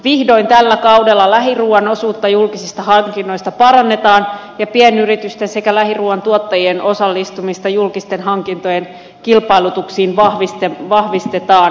vihdoin tällä kaudella lähiruuan osuutta julkisista hankinnoista parannetaan ja pienyritysten sekä lähiruuan tuottajien osallistumista julkisten hankintojen kilpailutuksiin vahvistetaan